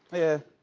yeah.